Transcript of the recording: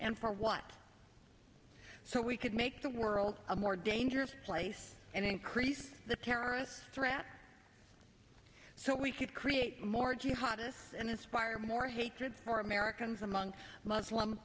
and for what so we could make the world a more dangerous place and increase the terrorist threat so we could create more jihad us and inspire more hatred for americans among muslim